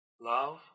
love